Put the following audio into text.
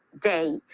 day